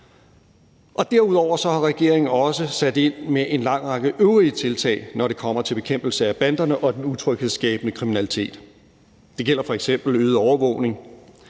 Derudover har regeringen også sat ind med en lang række øvrige tiltag, når det kommer til bekæmpelse af banderne og den utryghedsskabende kriminalitet. Det gælder f.eks. øget overvågning.